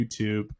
youtube